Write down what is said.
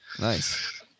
Nice